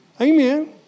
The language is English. Amen